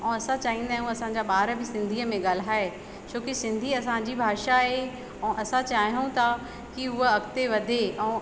ऐं चाहींदा आहियूं असांजा ॿार बि सिंधीअ में ॻाल्हाए छोकी सिंधी असांजी भाषा आहे ऐं असां चाहियूं था की उहा अॻिते वधे ऐं